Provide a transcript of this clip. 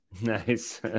Nice